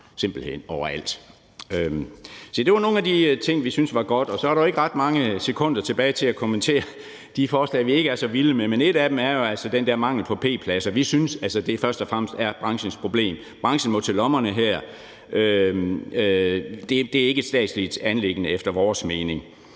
simpelt hen overalt. Se, det var nogle af de ting, vi syntes var gode, og så er der jo ikke ret mange sekunder tilbage til at kommentere de forslag, vi ikke er så vilde med. Men et af dem vedrører jo altså den der mangel på p-pladser. Vi synes altså først og fremmest, det er branchens problem, og at branchen her må til lommerne. Det er efter vores mening